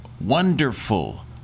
wonderful